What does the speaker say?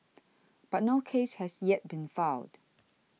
but no case has yet been filed